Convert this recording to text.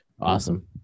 Awesome